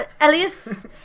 Elias